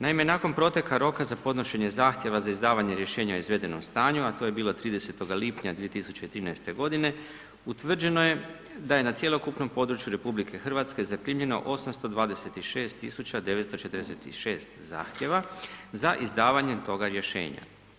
Naime, nakon proteka roka za podnošenje zahtjeva za izdavanje rješenja o izvedenom stanju a to je bilo 30. lipnja 2013. godine utvrđeno je da je na cjelokupnom području RH zaprimljeno 826 tisuća 946 zahtjeva za izdavanjem toga rješenja.